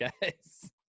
guys